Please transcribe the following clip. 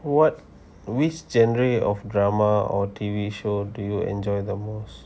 what which genre of drama or T V show do you enjoy the most